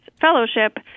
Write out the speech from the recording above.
fellowship